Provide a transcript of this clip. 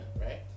right